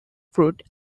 fruit